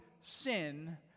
sin